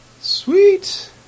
sweet